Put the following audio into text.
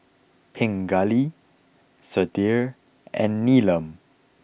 Pingali Sudhir and Neelam